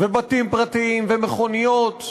ובתים פרטיים ומכוניות,